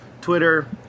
Twitter